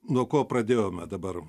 nuo ko pradėjome dabar